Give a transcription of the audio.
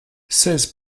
seize